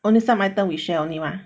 only some item we share only mah